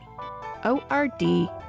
O-R-D